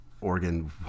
Oregon